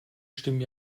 stimmen